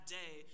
day